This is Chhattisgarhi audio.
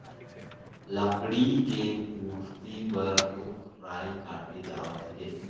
लकड़ी के पूरति बर रूख राई काटे जावत हे